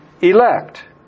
elect